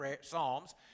psalms